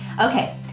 Okay